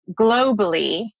globally